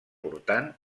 portant